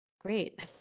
great